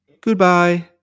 Goodbye